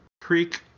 Creek